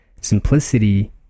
simplicity